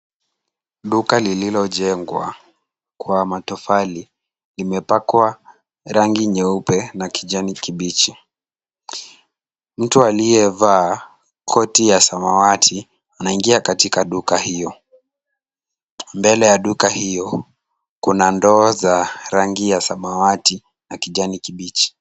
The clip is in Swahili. Duka lililojengwa kwa matofali, limepakwa rangi nyeupe na kijani kibichi. Mtu aliyevaa koti ya samawati, anaingia katika duka hiyo. Mbele ya duka hiyo, kuna ndoo za rangi ya samawati na kijani kibichi.